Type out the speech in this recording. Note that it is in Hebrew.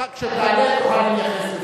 כשתעלה תוכל להתייחס לזה.